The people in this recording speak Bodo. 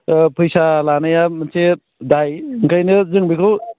फैसा लानाया मोनसे दाइ ओंखायनो जों बेखौ